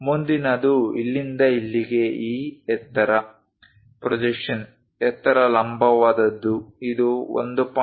ಮುಂದಿನದು ಇಲ್ಲಿಂದ ಇಲ್ಲಿಗೆ ಈ ಎತ್ತರ ಪ್ರೊಜೆಕ್ಷನ್ ಎತ್ತರ ಲಂಬವಾದದ್ದು ಇದು 1